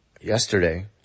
yesterday